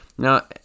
Now